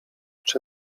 czy